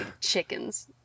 chickens